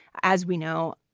as we know,